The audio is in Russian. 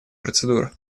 процедур